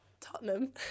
Tottenham